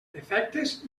efectes